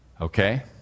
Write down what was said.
Okay